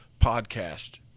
podcast